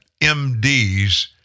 MDs